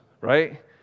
right